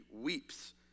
weeps